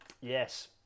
yes